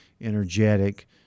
energetic